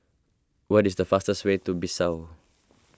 what is the fastest way to Bissau